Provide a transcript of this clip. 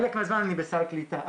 חלק מהזמן אני בסל קליטה,